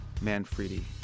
Manfredi